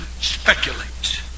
speculates